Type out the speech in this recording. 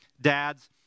Dads